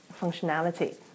functionality